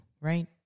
right